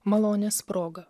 malonės proga